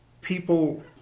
people